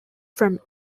from